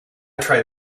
tried